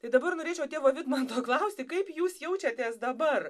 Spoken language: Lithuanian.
tai dabar norėčiau tėvo vidmanto klausti kaip jūs jaučiatės dabar